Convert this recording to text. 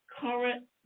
current